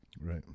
Right